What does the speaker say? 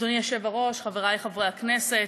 אדוני היושב-ראש, חברי חברי הכנסת,